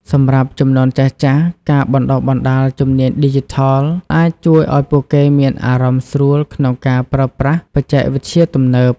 សម្រាប់ជំនាន់ចាស់ៗ ការបណ្តុះបណ្តាលជំនាញឌីជីថលអាចជួយឱ្យពួកគេមានអារម្មណ៍ស្រួលក្នុងការប្រើប្រាស់បច្ចេកវិទ្យាទំនើប។